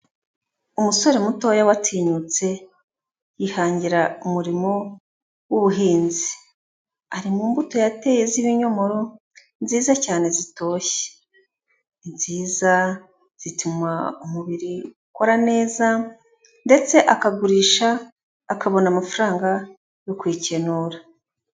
Umusore mutoya watinyutse yihangira umurimo w'ubuhinzi, ari mu mbuto yateye z'ibinyomoro nziza cyane zitoshye. Ni nziza zituma umubiri ukora neza, ndetse akagurisha akabona amafaranga yo kwikenura.